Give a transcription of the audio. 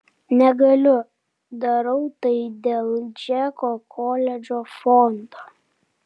negaliu darau tai dėl džeko koledžo fondo